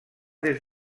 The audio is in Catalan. des